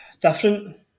Different